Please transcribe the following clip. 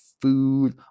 food